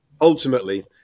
ultimately